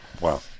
Wow